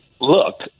Look